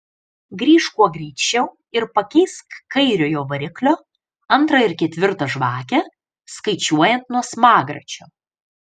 grįžk kuo greičiau ir pakeisk kairiojo variklio antrą ir ketvirtą žvakę skaičiuojant nuo smagračio